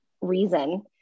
reason